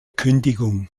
kündigung